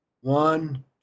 One